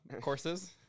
courses